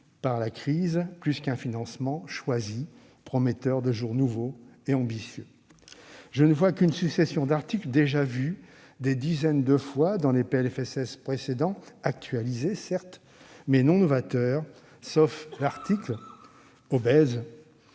par la crise, plutôt qu'un financement choisi, prometteur de jours nouveaux et ambitieux. Je ne vois qu'une succession d'articles déjà vus des dizaines de fois dans les PLFSS précédents, actualisés certes, mais non novateurs, sauf l'article obèse